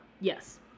Yes